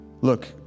Look